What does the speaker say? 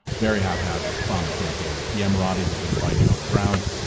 very haphazard bombing campaign. the emiratis have been fighting on the ground.